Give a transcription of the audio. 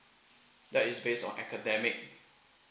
that is based on academic